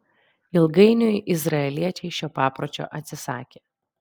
ilgainiui izraeliečiai šio papročio atsisakė